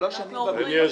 אנחנו אומרים